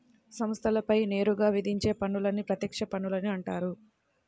సంస్థలపై నేరుగా విధించే పన్నులని ప్రత్యక్ష పన్నులని అంటారు